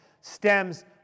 stems